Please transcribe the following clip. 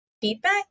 feedback